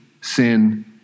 sin